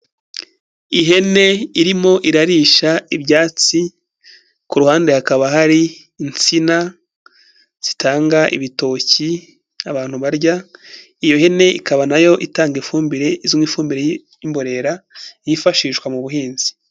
Ihene irimo irarisha ibyatsi, ku ruhande hakaba hari insina zitanga ibitoki abantu barya, iyo hene ikaba na yo itanga ifumbire izwi nk'ifumbire y'imborera yifashishwa mu buhinzi.